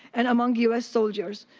and among u s. soldiers.